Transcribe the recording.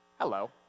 Hello